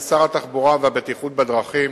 ושר התחבורה והבטיחות בדרכים,